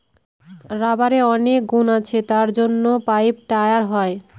রাবারের অনেক গুণ আছে তার জন্য পাইপ, টায়ার হয়